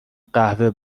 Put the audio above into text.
قهوه